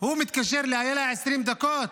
הוא מתקשר לאילה 20 דקות,